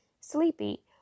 sleepy